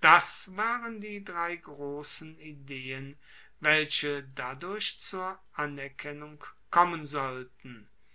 das waren die drei grossen ideen welche dadurch zur anerkennung kommen sollten